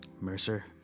Mercer